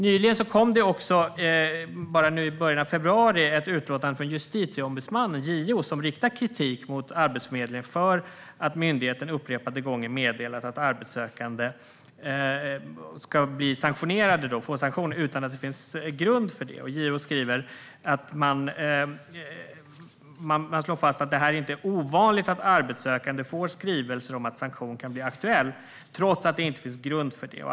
Nyligen, i början av februari, kom det ett utlåtande från Justitieombudsmannen, JO, som riktar kritik mot Arbetsförmedlingen för att myndigheten upprepade gånger har meddelat att arbetssökande ska få en sanktion utan att det finns grund för det. JO slår fast att det inte är ovanligt att arbetssökande får skrivelser om att sanktion kan bli aktuell trots att det inte finns grund för det.